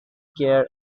care